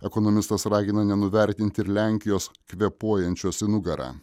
ekonomistas ragina nenuvertinti ir lenkijos kvėpuojančios į nugarą